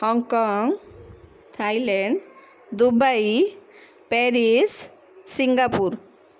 Hong Kong Thailand Dubai Paris Singapore